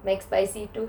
McSpicy to